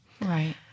Right